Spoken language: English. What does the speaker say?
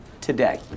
today